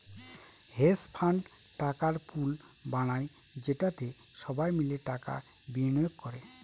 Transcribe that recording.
hedge fund টাকার pool বানায় যেটাতে সবাই মিলে টাকা বিনিয়োগ করে